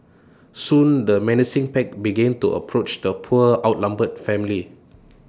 soon the menacing pack began to approach the poor outnumbered family